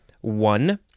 one